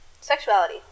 sexuality